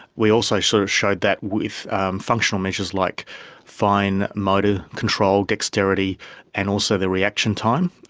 we also sort of showed that with functional measures like fine motor control dexterity and also their reaction time,